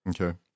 Okay